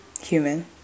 human